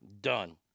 Done